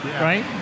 right